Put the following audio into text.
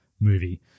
movie